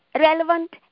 relevant